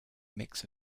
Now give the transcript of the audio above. mix